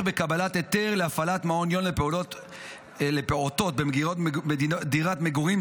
בקבלת היתר להפעלת מעון יום לפעוטות בדירת מגורים,